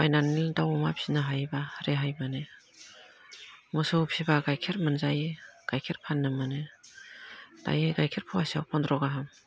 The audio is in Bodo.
बायनानै दाउ अमा फिसिनो हायोबा रेहाय मोनो मोसौ फिसिबा गाइखेर मोनजायो गाइखेर फाननो मोनो दायो गाइखेर फवासेयाव फन्द्र' गाहाम